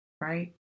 right